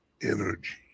energy